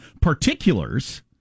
particulars